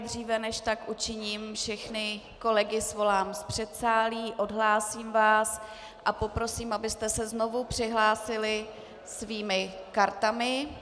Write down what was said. Dříve než tak učiním, všechny kolegy svolám z předsálí, odhlásím vás a poprosím, abyste se znovu přihlásili svými kartami.